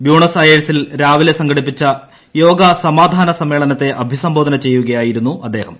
Buenos അയേഴ്സിൽ രാവിലെ സംഘടിപ്പിച്ചു യോഗ സ്ഥാന സമ്മേളനത്തെ അഭിസംബോധന ചെയ്യുകയായിരുന്നു അദ്ദേഹം